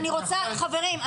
חברים,